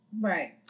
Right